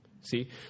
See